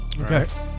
Okay